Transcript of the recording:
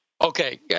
Okay